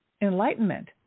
enlightenment